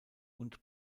und